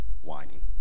whining